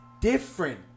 Different